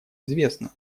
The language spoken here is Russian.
известна